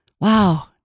wow